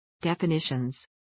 Definitions